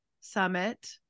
summit